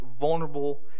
vulnerable